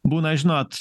būna žinot